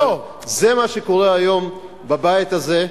זה מה שקורה היום בבית הזה,